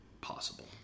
possible